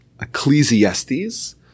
Ecclesiastes